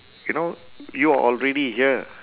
you know you are already here